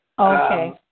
Okay